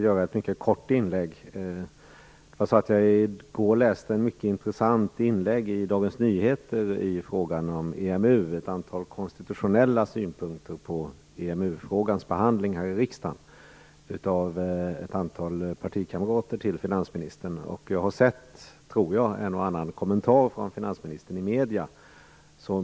Fru talman! I går läste jag ett mycket intressant inlägg i Dagens Nyheter i frågan om EMU. Det var ett antal konstitutionella synpunkter på EMU-frågans behandling här i riksdagen av ett antal partikamrater till finansministern. Jag har nog tagit del av en och annan kommentar av finansministern i medierna.